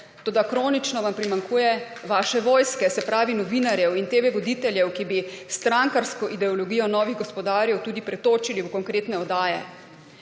toda kronično vam primanjkuje vaše vojske, se pravi novinarjev in TV voditeljev, ki bi strankarsko ideologijo novih gospodarjev tudi pretočili v konkretne oddaje.